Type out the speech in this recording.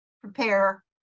prepare